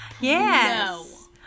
Yes